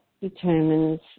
determines